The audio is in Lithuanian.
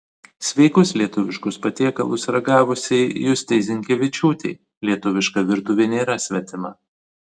sveikus lietuviškus patiekalus ragavusiai justei zinkevičiūtei lietuviška virtuvė nėra svetima